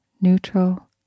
neutral